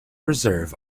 reserve